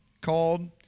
called